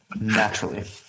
naturally